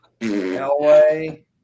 Elway